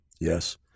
yes